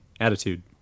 Attitude